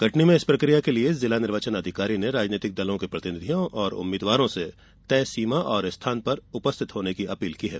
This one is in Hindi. कटनी में इस प्रकिया के लिए जिला निर्वाचन अधिकारी ने राजनीतिक दलों के प्रतिनिधियों और उम्मीद्वारों तय सीमा और स्थान पर उपस्थित होने की अपील की है